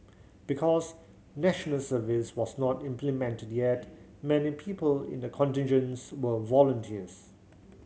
because National Service was not implemented yet many people in the contingents were volunteers